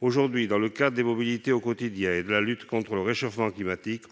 Aujourd'hui, dans le cadre des mobilités du quotidien et de la lutte contre le réchauffement climatique,